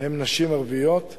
הם נשים ערביות,